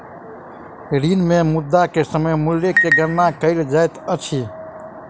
ऋण मे मुद्रा के समय मूल्य के गणना कयल जाइत अछि